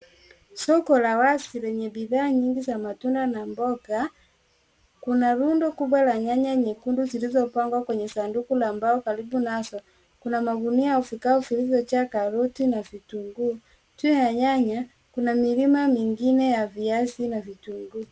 Soko la wazi lenye bidhaa nyingi za matunda na mboga, kuna rundo kubwa la nyanya nyekundu zilizopangwa kwenye sanduku la mbao karibu nazo kuna magunia zilizojaa karoti na vitunguu, juu ya nyanya kina milima mingine ya viazi na vitunguu.